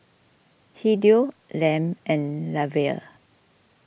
Hideo Lem and Lavelle